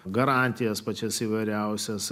garantijas pačias įvairiausias